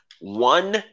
one